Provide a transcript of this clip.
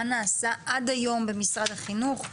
מה נעשה עד היום במשרד החינוך.